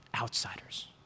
outsiders